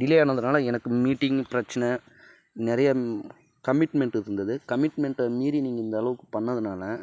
delay ஆனதினால எனக்கு meeting பிரச்சனை நிறைய கம்மிட்மென்ட் இருந்தது கம்மிட்மென்ட்டை மீறி நீங்கள் இந்த அளவுக்கு பண்ணதினால